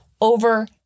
over